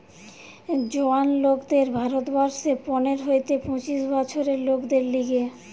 জোয়ান লোকদের ভারত বর্ষে পনের হইতে পঁচিশ বছরের লোকদের লিগে